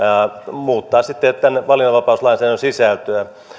muuttaa sitten sitten valinnanvapauslainsäädännön sisältöä